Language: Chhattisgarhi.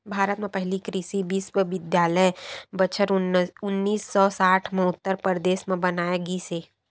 भारत म पहिली कृषि बिस्वबिद्यालय बछर उन्नीस सौ साठ म उत्तर परदेस म बनाए गिस हे